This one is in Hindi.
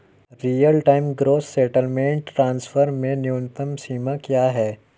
Real time gross settlement transfer में न्यूनतम सीमा क्या है?